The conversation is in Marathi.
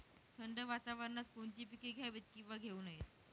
थंड वातावरणात कोणती पिके घ्यावीत? किंवा घेऊ नयेत?